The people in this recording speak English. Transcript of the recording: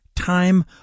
Time